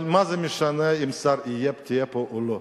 אבל מה זה משנה אם שר יהיה פה או לא?